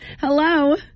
hello